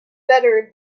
better